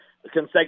consecutive